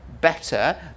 better